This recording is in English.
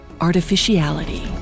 artificiality